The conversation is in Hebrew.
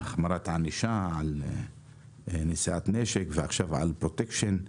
החמרת הענישה על נשיאת נשק ועכשיו על פרוטקשן,